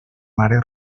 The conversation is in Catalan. mare